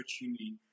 opportunity